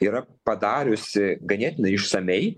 yra padariusi ganėtinai išsamiai